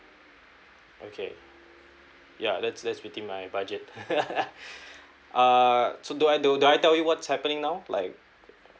okay yeah that's that's within my budget uh so do I do do I tell you what's happening now like